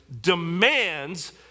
demands